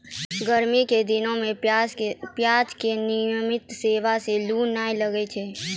गर्मी के दिनों मॅ प्याज के नियमित सेवन सॅ लू नाय लागै छै